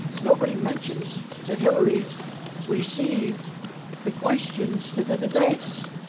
nobody mentions that hillary received the questions to the debates.